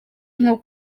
nko